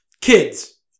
Kids